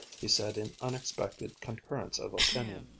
he said in unexpected concurrence of opinion.